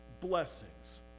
blessings